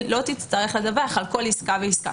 לא תצטרך לדווח על כל עסקה ועסקה.